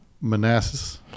Manassas